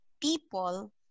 people